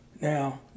Now